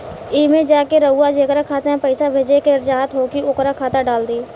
एईमे जा के रउआ जेकरा खाता मे पईसा भेजेके चाहत होखी ओकर खाता डाल दीं